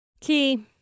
Key